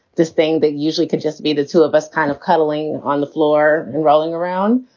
this thing that usually could just be the two of us kind of cuddling on the floor, and rolling around,